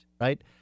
Right